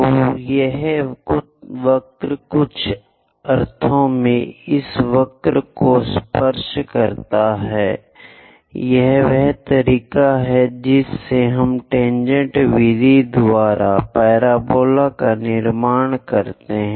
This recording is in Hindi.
तो यह वक्र कुछ अर्थों में इस वक्र को स्पर्श करता है यह वह तरीका है जिससे हम टेनजेंट विधि द्वारा पैराबोला का निर्माण करते हैं